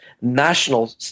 national